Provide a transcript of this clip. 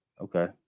Okay